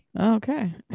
Okay